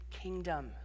kingdom